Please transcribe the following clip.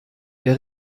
wer